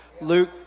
Luke